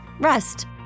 Rest